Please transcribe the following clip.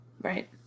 right